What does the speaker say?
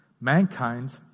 mankind